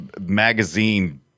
magazine